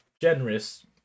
generous